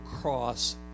cross